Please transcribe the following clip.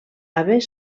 haver